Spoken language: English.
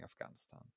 Afghanistan